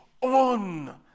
On